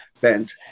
bent